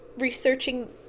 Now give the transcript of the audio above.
researching